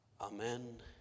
Amen